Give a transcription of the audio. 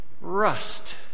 Rust